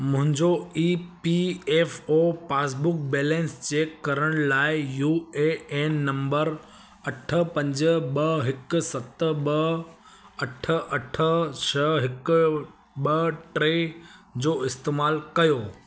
मुंहिंजो E P F O passbook balance check करण लाइ यू ए एन नंबर अठ पंज ॿ हिकु सत ॿ अठ अठ छह हिकु ॿ टे जो इस्तेमालु कयो